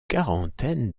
quarantaine